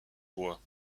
bois